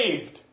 saved